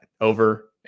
over